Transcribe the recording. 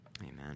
Amen